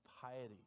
piety